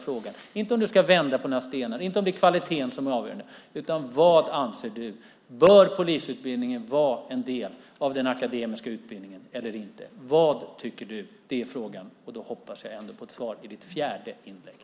Det gäller inte om du ska vända på några stenar, inte om det är kvaliteten som är avgörande, utan: Vad anser du? Bör polisutbildningen vara en del av den akademiska utbildningen eller inte? Vad tycker du? Det är frågan. Och då hoppas jag ändå på ett svar - i ditt fjärde inlägg!